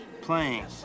playing